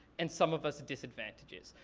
and some of us disadvantages.